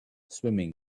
swimming